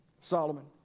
Solomon